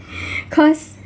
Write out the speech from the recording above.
cause